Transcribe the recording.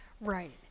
Right